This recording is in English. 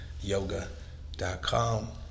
yoga.com